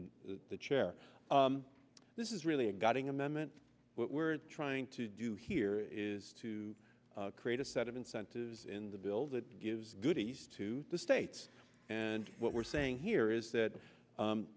the chair this is really a guiding amendment what we're trying to do here is to create a set of incentives in the bill that gives goodies to the states and what we're saying here is that